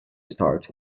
start